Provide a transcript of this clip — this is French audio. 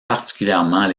particulièrement